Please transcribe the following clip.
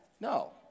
No